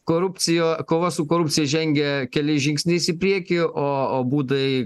korupcija kova su korupcija žengia keliais žingsniais į priekį o o būdai